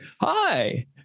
Hi